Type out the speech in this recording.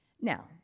Now